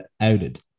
outed